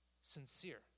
Sincere